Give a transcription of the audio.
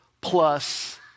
plus